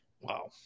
Wow